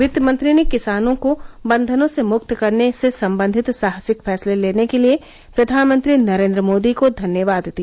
वित्तमंत्री ने किसानों को बंघनों से मुक्त करने से संबंधित साहसिक फैसले लेने के लिए प्रधानमंत्री नरेन्द्र मोदी को धन्यवाद दिया